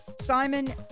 Simon